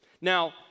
Now